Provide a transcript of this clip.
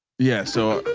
yes. so.